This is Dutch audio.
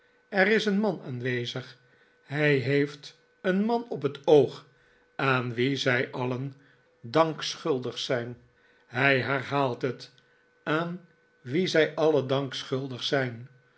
er is een man aanwezig hij heeft een man op het oog aan wien zij alien dank schuldig zijn hij herhaalt het aan wien zij alien dank schuldig zijn